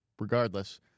regardless